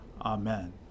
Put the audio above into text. Amen